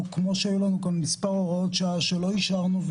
או כמו שהיו לנו כאן מספר הוראות שעה שלא אישרנו,